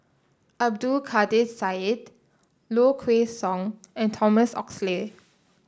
Abdul Kadir Syed Low Kway Song and Thomas Oxley